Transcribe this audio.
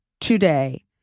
today